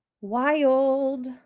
wild